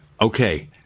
okay